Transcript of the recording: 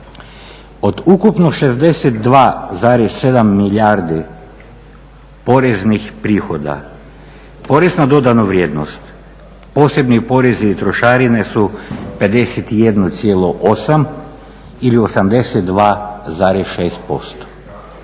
Od ukupno 62,7 milijardi poreznih prihoda, porez na dodanu vrijednost, posebni porezi i trošarine su 51,8 ili 82,6%,